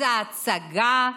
אז ההצגה,